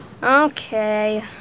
Okay